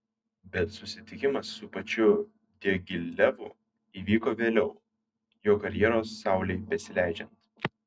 bet susitikimas su pačiu diagilevu įvyko vėliau jo karjeros saulei besileidžiant